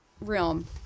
realm